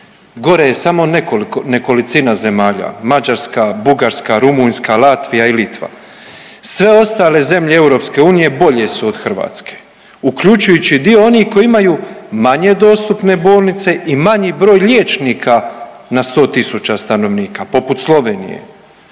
gore je samo nekolicina zemalja, Mađarska, Bugarska, Rumunjska, Latvija i Litva, sve ostale zemlje EU bolje su od Hrvatske uključujući i dio onih koji imaju manje dostupne bolnice i manji broj liječnika na 100 tisuća stanovnika, poput Slovenije,